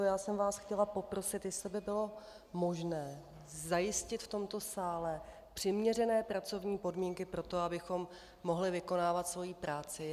Já jsem vás chtěla poprosit, jestli by bylo možné zajistit v tomto sále přiměřené pracovní podmínky pro to, abychom mohli vykonávat svoji práci.